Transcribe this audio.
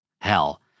Hell